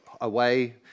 away